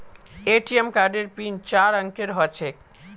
ATM कार्डेर pin चार अंकेर ह छेक